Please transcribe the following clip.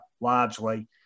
largely